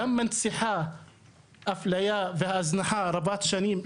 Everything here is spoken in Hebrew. גם מנציחה אפליה והזנחה רבת שנים שקיימת.